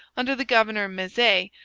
under the governor mezy,